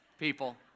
people